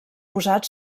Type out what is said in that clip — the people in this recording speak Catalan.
posat